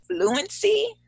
fluency